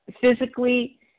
physically